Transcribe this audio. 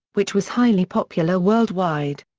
which was highly popular worldwide.